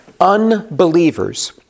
Unbelievers